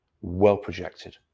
well-projected